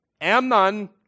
Amnon